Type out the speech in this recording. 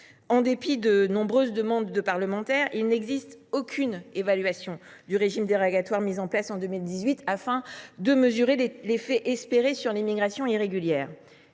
En dépit de nombreuses demandes formulées par des parlementaires, il n’existe aucune évaluation du régime dérogatoire mis en place en 2018 qui permette de mesurer l’effet escompté sur l’immigration irrégulière.